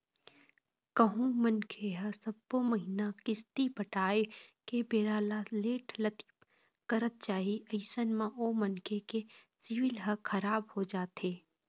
कहूँ मनखे ह सब्बो महिना किस्ती पटाय के बेरा ल लेट लतीफ करत जाही अइसन म ओ मनखे के सिविल ह खराब हो जाथे